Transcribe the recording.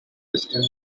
distant